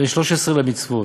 בן שלוש-עשרה למצוות,